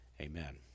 Amen